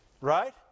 Right